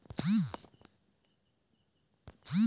का करत हस गा कका काँहा आथस काँहा जाथस दिखउले नइ देवस रे भई?